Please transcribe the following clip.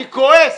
אני כועס.